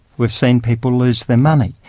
we've seen people lose their money.